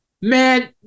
Man